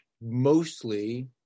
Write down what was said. mostly